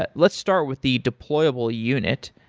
but let's start with the deployable unit.